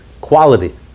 quality